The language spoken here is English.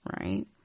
right